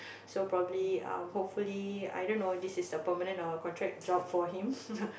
so probably uh hopefully i don't know this is a permanent or contract job for him